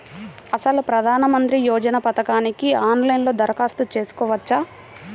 అసలు ప్రధాన మంత్రి యోజన పథకానికి ఆన్లైన్లో దరఖాస్తు చేసుకోవచ్చా?